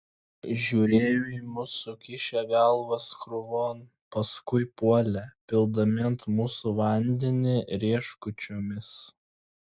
žiūrėjo į mus sukišę galvas krūvon paskui puolė pildami ant mūsų vandenį rieškučiomis